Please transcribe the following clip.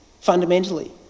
fundamentally